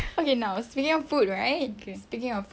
okay now speaking of food right speaking of food